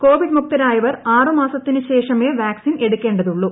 Covid മുക്തരായവർ ആറ് മാസത്തിന് ശേഷമേ വാക്സിൻ എടുക്കേണ്ടതുള്ളൂ